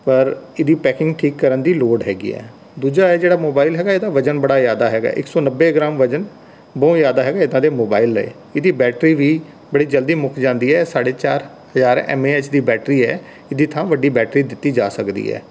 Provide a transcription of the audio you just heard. ਪਰ ਇਹਦੀ ਪੈਕਿੰਗ ਠੀਕ ਕਰਨ ਦੀ ਲੋੜ ਹੈਗੀ ਹੈ ਦੂਜਾ ਇਹ ਜਿਹੜਾ ਮੋਬਾਇਲ ਹੈਗਾ ਇਹਦਾ ਵਜ਼ਨ ਬੜਾ ਜ਼ਿਆਦਾ ਹੈਗਾ ਇੱਕ ਸੌ ਨੱਬੇ ਗਰਾਮ ਵਜ਼ਨ ਬਹੁਤ ਜ਼ਿਆਦਾ ਹੈਗਾ ਇੱਦਾਂ ਦੇ ਮੋਬਾਇਲ ਲਈ ਇਹਦੀ ਬੈਟਰੀ ਵੀ ਬੜੀ ਜਲਦੀ ਮੁੱਕ ਜਾਂਦੀ ਹੈ ਸਾਢੇ ਚਾਰ ਹਜਾਰ ਐਮ ਏ ਐਚ ਦੀ ਬੈਟਰੀ ਹੈ ਇਹਦੀ ਥਾਂ ਵੱਡੀ ਬੈਟਰੀ ਦਿੱਤੀ ਜਾ ਸਕਦੀ ਹੈ